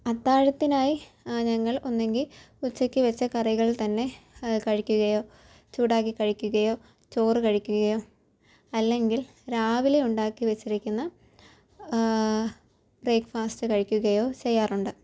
അത്താഴത്തിനായി ഞങ്ങൾ ഒന്നുകിൽ ഉച്ചയ്ക്ക് വച്ച കറികൾ തന്നെ കഴിക്കുകയോ ചൂടാക്കി കഴിക്കുകയോ ചോറ് കഴിക്കുകയോ അല്ലെങ്കിൽ രാവിലെ ഉണ്ടാക്കി വച്ചിരിക്കുന്ന ബ്രേക്ക് ഫാസ്റ്റ് കഴിക്കുകയോ ചെയ്യാറുണ്ട്